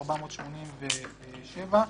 פ/1487/20,